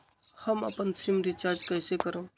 हम अपन SIM recharge कइसे करम?